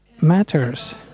matters